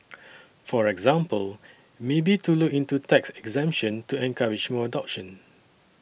for example maybe to look into tax exemption to encourage more adoption